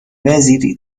وزیری